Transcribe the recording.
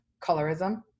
colorism